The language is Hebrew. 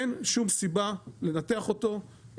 אין שום סיבה לנתח אותו,